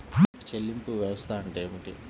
చెల్లింపు వ్యవస్థ అంటే ఏమిటి?